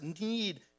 need